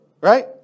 right